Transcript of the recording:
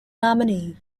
nominee